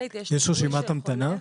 יש רשימת המתנה?